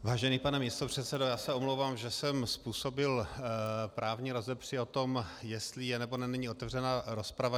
Vážený pane místopředsedo, já se omlouvám, že jsem způsobil právní rozepři o tom, jestli je, nebo není otevřená rozprava.